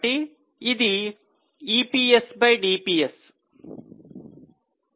కాబట్టి ఇది EPS పై DPS